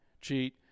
cheat